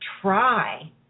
try